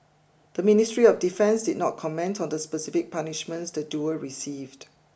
the Ministry of Defence did not comment on the specific punishments the duo received